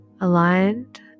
aligned